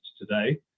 today